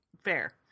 Fair